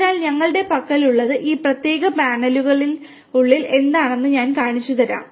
അതിനാൽ ഞങ്ങളുടെ പക്കലുള്ളത് ഈ പ്രത്യേക പാനലിനുള്ളിൽ എന്താണെന്ന് ഞാൻ കാണിച്ചുതരാം